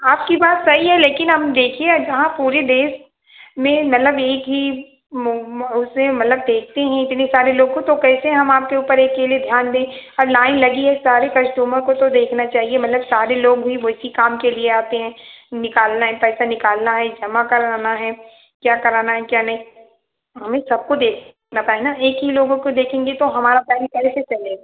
आपकी बात सही है लेकिन अब देखिए जहाँ पूरे देश में मतलब एक ही उसे मतलब देखते हैं इतने सारे लोग को तो कैसे हम आपके ऊपर एक के लिए ध्यान दें अब लाइन लगी है सारे कस्टमर को तो देखना चाहिए मतलब सारे लोग भी वैसी काम के लिए आते हैं निकालना है पैसा निकालना है जमा कराना है क्या कराना है क्या नहीं हमें सबको देखना है ना एक ही लोगों को देखेंगे तो हमारा बैंक कैसे चलेगा